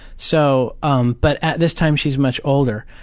so um but at this time she's much older.